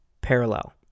parallel